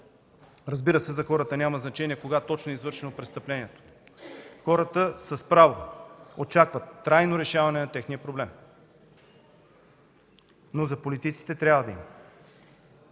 Разбира се, за хората няма значение кога точно е извършено престъплението. Хората с право очакват трайно решаване на техния проблем. Но за политиците трябва да има.